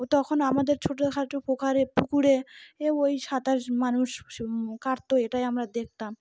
ও তখন আমাদের ছোটোখাটো পুকুরে পুকুরে ওই সাঁতার মানুষ কাটতো এটাই আমরা দেখতাম